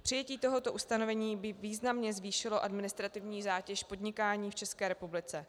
Přijetí tohoto ustanovení by významně zvýšilo administrativní zátěž podnikání v České republice.